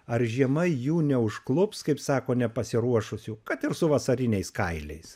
ar žiema jų neužklups kaip sako nepasiruošusių kad ir su vasariniais kailiais